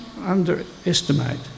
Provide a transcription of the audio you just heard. underestimate